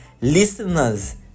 listeners